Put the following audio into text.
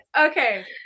okay